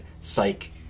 psych